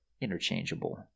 interchangeable